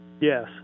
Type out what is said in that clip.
Yes